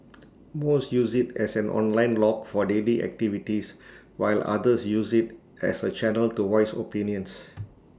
most use IT as an online log for daily activities while others use IT as A channel to voice opinions